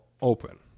Open